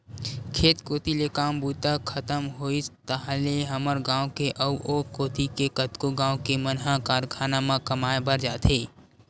खेत कोती ले काम बूता खतम होइस ताहले हमर गाँव के अउ ओ कोती के कतको गाँव के मन ह कारखाना म कमाए बर जाथे